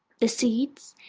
the seats,